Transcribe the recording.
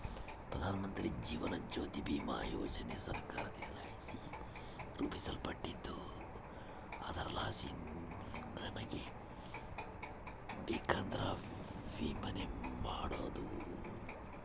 ಪ್ರಧಾನಮಂತ್ರಿ ಜೀವನ ಜ್ಯೋತಿ ಭೀಮಾ ಯೋಜನೆ ಸರ್ಕಾರದಲಾಸಿ ರೂಪಿಸಲ್ಪಟ್ಟಿದ್ದು ಅದರಲಾಸಿ ನಮಿಗೆ ಬೇಕಂದ್ರ ವಿಮೆನ ಮಾಡಬೋದು